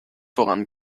voran